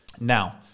Now